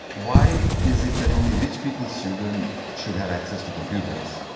why is it that only rich people's children should have access to computers?